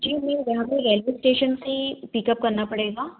जी हमें यहाँ पे रेलवे स्टेशन से पिकअप करना पड़ेगा